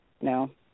No